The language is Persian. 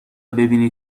ببینی